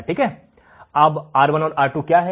R1 और R2 क्या है